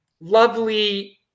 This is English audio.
lovely